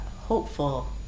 hopeful